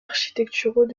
architecturaux